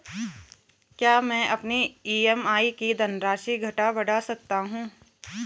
क्या मैं अपनी ई.एम.आई की धनराशि घटा बढ़ा सकता हूँ?